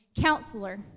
Counselor